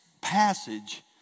passage